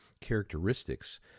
characteristics